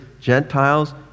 Gentiles